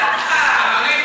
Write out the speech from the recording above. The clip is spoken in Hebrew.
למה?